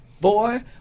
boy